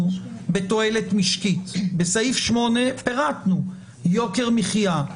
בתועלת משקית; בסעיף 8 פירטנו: יוקר מחיה,